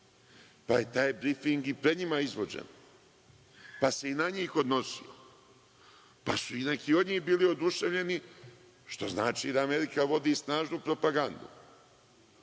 pa je taj brifing i pred njima izvođen. Pa, se i na njih odnosio, pa su i neki od njih bili oduševljeni što znači da Amerika vodi snažnu propagandu.